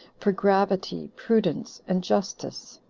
for gravity, prudence, and justice.